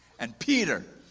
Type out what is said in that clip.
and peter,